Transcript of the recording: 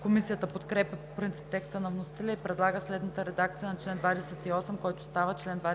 Комисията подкрепя по принцип текста на вносителя и предлага следната редакция на чл. 28, който става чл. 24: